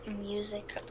music